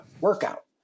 workout